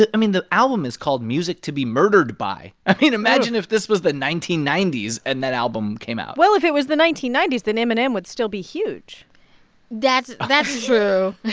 i mean, the album is called music to be murdered by. i mean, imagine if this was the nineteen ninety s and that album came out well, if it was the nineteen ninety s, then eminem would still be huge that's that's true.